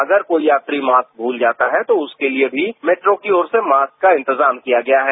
अगर कोई यात्री मास्क भूल जाता है तो उसके लिए भी मेट्रों की ओर से मास्क का इंतजाम किया गया है